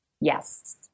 Yes